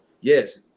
yes